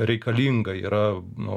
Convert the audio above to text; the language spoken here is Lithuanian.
reikalinga yra nu